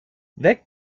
weg